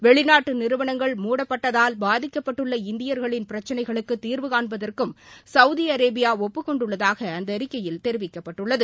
வெளிநாட்டு நிறுவனங்கள் மூடப்பட்டதால் பாதிக்கப்பட்டுள்ள இந்தியர்களின் பிரச்சினைகளுக்கு தீர்வுகாண்பதற்கும் சவுதி அரேபியா ஒப்புக் கொண்டுள்ளதாக அந்த அறிக்கையில் தெரிவிக்கப்பட்டுள்ளது